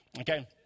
okay